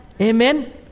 Amen